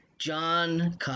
John